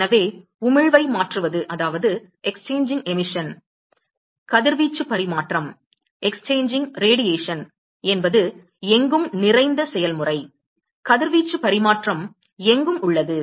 எனவே உமிழ்வை மாற்றுவது கதிர்வீச்சு பரிமாற்றம் என்பது எங்கும் நிறைந்த செயல்முறை கதிர்வீச்சு பரிமாற்றம் எங்கும் உள்ளது